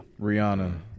Rihanna